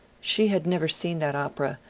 she had never seen that opera,